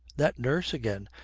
that nurse again!